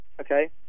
okay